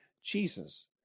Jesus